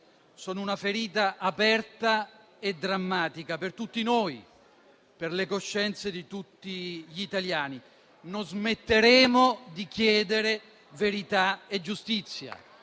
sono una ferita aperta e drammatica per tutti noi, per le coscienze di tutti gli italiani. Non smetteremo di chiedere verità e giustizia.